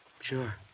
Sure